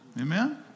Amen